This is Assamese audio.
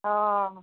অ